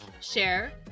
share